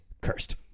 cursed